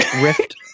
Rift